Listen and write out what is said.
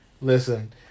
Listen